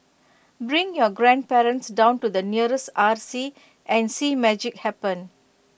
bring your grandparents down to the nearest R C and see magic happen